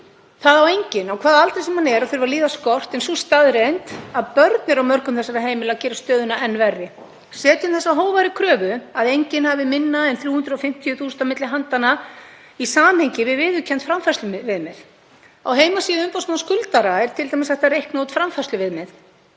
Það á enginn, á hvaða aldri sem hann er, að þurfa að líða skort, en sú staðreynd að börn eru á mörgum þessara heimila gerir stöðuna enn verri. Setjum þessa hógværu kröfu um að enginn hafi minna en 350.000 kr. á milli handanna í samhengi við viðurkennd framfærsluviðmið. Á heimasíðu umboðsmanns skuldara er t.d. hægt að reikna út framfærsluviðmið.